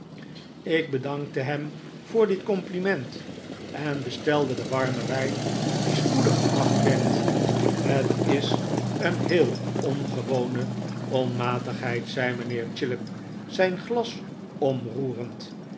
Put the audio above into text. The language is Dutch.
ik bedankte hem voor dit compliment en bestelde den warmen wijn die spoedig gebracht werd het is een heel ongewone onmatigheid zei mijnheer chillip zijn glas omroerend